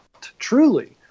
truly